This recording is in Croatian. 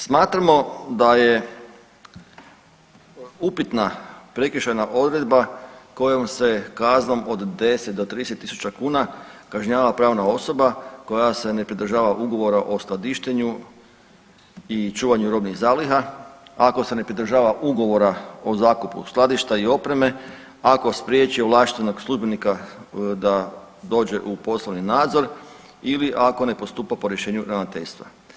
Smatramo da je upitna prekršajna odredba kojom se kaznom od 10 do 30000 kuna kažnjava pravna osoba koja se ne pridržava ugovora o skladištenju i čuvanju robnih zaliha ako se ne pridržava Ugovora o zakupu skladišta i opreme, ako spriječi ovlaštenog službenika da dođe u poslovni nadzor ili ako ne postupa po rješenju ravnateljstva.